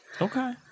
Okay